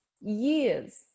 years